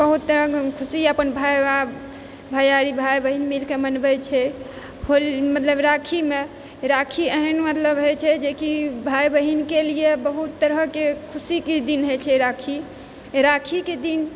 बहुत तरहके खुशी अपन भाइ भैयारी भाइ बहिन मिलकऽ मनबै छै मतलब राखीमे राखी एहन मतलब होइ छै जेकि भाइ बहिनके लिए बहुत तरहके खुशीके दिन होइ छै राखी राखीके दिन